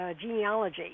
genealogy